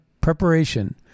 preparation